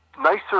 nicer